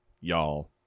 y'all